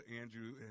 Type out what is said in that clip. Andrew